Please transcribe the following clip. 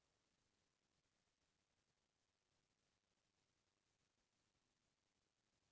का मैं ह कारड मा भी इंटरनेट रिचार्ज कर सकथो